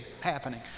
happening